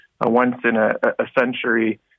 once-in-a-century